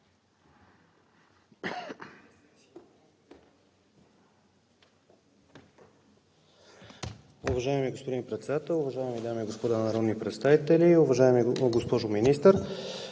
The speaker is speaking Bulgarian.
Уважаеми господин Председател, уважаеми дами и господа народни представители! Уважаеми господин Министър,